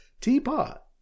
Teapot